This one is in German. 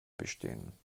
bestehen